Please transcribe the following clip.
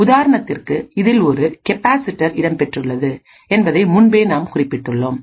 உதாரணத்திற்குஇதில் ஒரு கெபாசிட்டன்ஸ் இடம்பெற்றுள்ளது என்பதை முன்பே நாம் குறிப்பிட்டுள்ளோம்